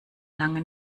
lange